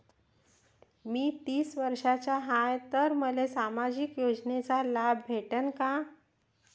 मी तीस वर्षाचा हाय तर मले सामाजिक योजनेचा लाभ भेटन का?